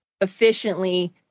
efficiently